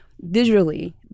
visually